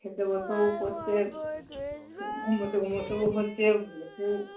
খেতে বসে ওই করছে ঘুমোতে ঘুমোতেও হচ্ছে বেও